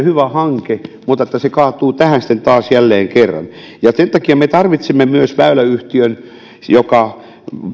hyvä hanke se kaatuu tähän sitten taas jälleen kerran sen takia me tarvitsemme myös väyläyhtiön joka